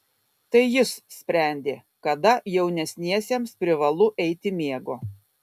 tai jis sprendė kada jaunesniesiems privalu eiti miego